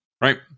right